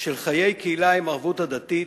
של חיי קהילה עם ערבות הדדית,